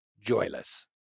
joyless